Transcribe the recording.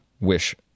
wish